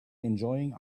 enjoying